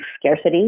scarcity